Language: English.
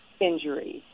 injuries